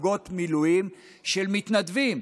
פלוגות מילואים של מתנדבים,